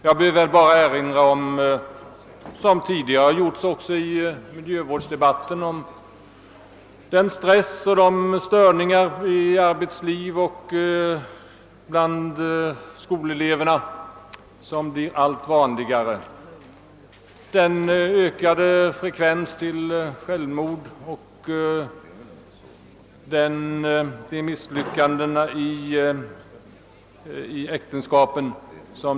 Jag vill bara erinra om — vilket också har gjorts i miljövårdsdebatten — den stress och de störningar i arbetslivet och bland skoleleverna som blir allt vanligare, om den ökade självmordsfrekvensen och de allt fler miss lyckade äktenskapen.